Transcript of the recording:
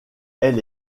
elle